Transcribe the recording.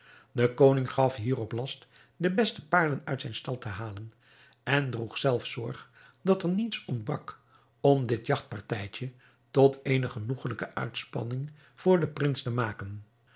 de koning gaf hierop last de beste paarden uit zijn stal te halen en droeg zelf zorg dat er niets ontbrak om dit jagtpartijtje tot eene genoegelijke uitspanning voor den prins te maken